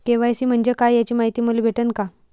KYC म्हंजे काय याची मायती मले भेटन का?